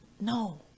no